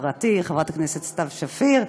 חברתי חברת הכנסת סתיו שפיר,